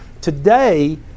Today